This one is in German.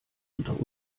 unter